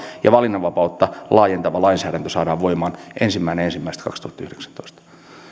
ja valinnanvapautta laajentava lainsäädäntö saadaan voimaan ensimmäinen ensimmäistä kaksituhattayhdeksäntoista